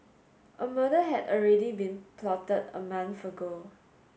a murder had already been plotted a month ago